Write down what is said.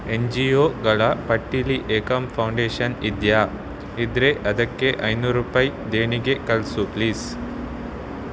N G ಒಗಳ ಪಟ್ಟಿಯಲ್ಲಿ Ekam foundation ಇದೆಯಾ ಇದ್ದರೆ ಅದಕ್ಕೆ ಐನೂರು ರೂಪಾಯಿ ದೇಣಿಗೆ ಕಳಿಸು ಪ್ಲೀಸ್